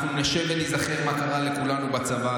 אנחנו נשב וניזכר מה קרה לכולנו בצבא,